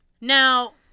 Now